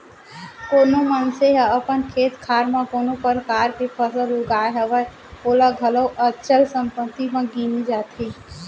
कोनो मनसे ह अपन खेत खार म कोनो परकार के फसल उगाय हवय ओला घलौ अचल संपत्ति म गिने जाथे